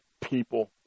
people